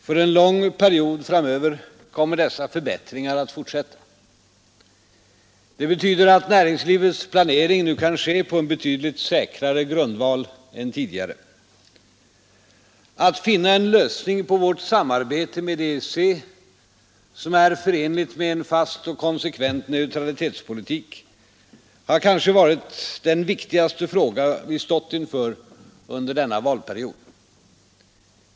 För en lång tid framöver kommer dessa förbättringar att fortsätta. Det betyder att näringslivets planering nu kan ske på en betydligt säkrare grundval än tidigare. Att finna en lösning på vårt samarbete med EEC som är förenlig med en fast och konsekvent neutralitetspolitik har kanske varit den viktigaste fråga vi stått inför under denna valperiod.